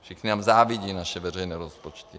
Všichni nám závidí naše veřejné rozpočty.